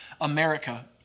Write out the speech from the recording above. America